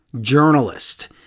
journalist